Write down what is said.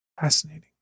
Fascinating